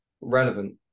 relevant